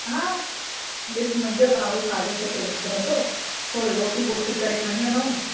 हा डि॒सु मुंहिंजो राहुल साढे सते निकिरन्दो थोरी रोटी बोटी करे खणी हलऊं न